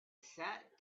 sat